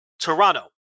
Toronto